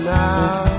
now